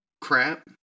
crap